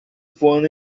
voando